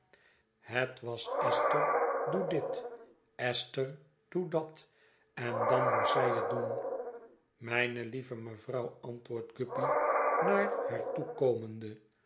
het was esther doe dit esther doe dat en dan moest zij het doen mijne lieve mevrouw antwoordt guppy naar haar